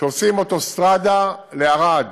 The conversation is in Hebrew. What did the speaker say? כשעושים אוטוסטרדה לערד